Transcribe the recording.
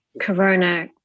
corona